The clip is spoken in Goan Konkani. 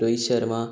रोहीत शर्मा